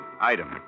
item